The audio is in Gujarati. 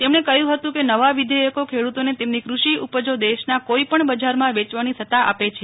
તેમણે કહ્યુ હતુ કે નવા વિધેયકો ખેડુતોને તેમણે કૃષિ ઉપજો દેશના કોઈપણ બજારમાં વેચવાની સત્તા આપે છે